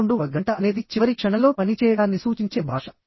11 వ గంట అనేది చివరి క్షణంలో పని చేయడాన్ని సూచించే భాష